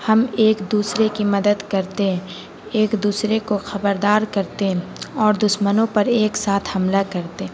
ہم ایک دوسرے کی مدد کرتے ایک دوسرے کو خبردار کرتے اور دشمنوں پر ایک ساتھ حملہ کرتے